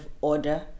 order